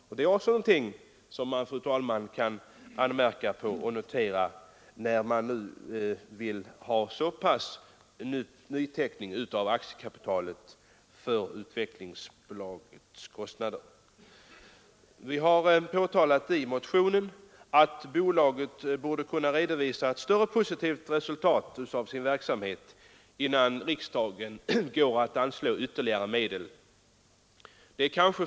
Också detta är någonting, fru talman, som bör noteras när det begärs en utökning av aktiekapitalet genom nyteckning för att täcka Utvecklingsbolagets kostnader. Vi har påtalat i vår motion att bolaget borde ha kunnat redovisa ett mer positivt resultat av sin verksamhet innan riksdagen anslår ytterligare medel.